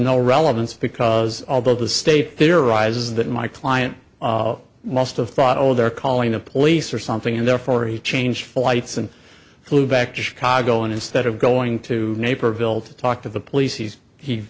relevance because although the state there arises that my client must have thought oh they're calling the police or something and therefore he changed flights and flew back to chicago and instead of going to naperville to talk to the police he's he